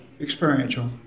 Experiential